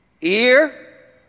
Ear